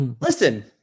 Listen